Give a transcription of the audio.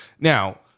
now